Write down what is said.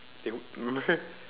they remember